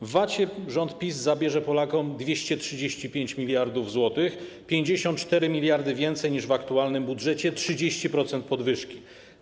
W podatku VAT rząd PiS zabierze Polakom 235 mld zł - 54 mld więcej niż w aktualnym budżecie, 30% podwyżki.